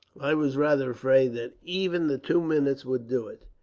i was rather afraid that even the two minutes would do it.